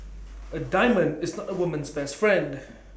A diamond is not A woman's best friend